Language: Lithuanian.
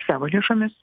savo lėšomis